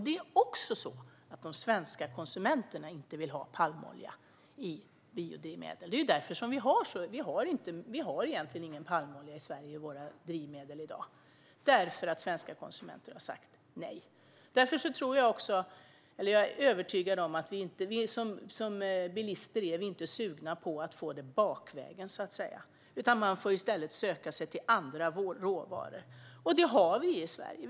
Det är också så att de svenska konsumenterna inte vill ha palmolja i biodrivmedel. Det är för att svenska konsumenter har sagt nej som vi i Sverige i dag egentligen inte har någon palmolja i våra drivmedel. Jag är övertygad om att vi som bilister inte är sugna på att få det bakvägen. Man får i stället söka sig till andra råvaror. Det har vi i Sverige.